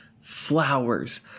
flowers